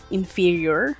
inferior